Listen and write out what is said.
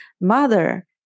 mother